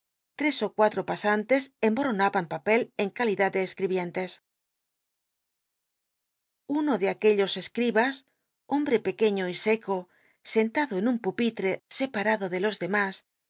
tres ó cuatro asantes emborronaban papel en calidad de escl ibientes uno de aquellos escl'ibas hombm pcqueiío y seco sentado en un pupilte separado de los demas